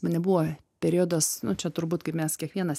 mane buvo periodas nu čia turbūt kaip mes kiekvienas